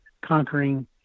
conquering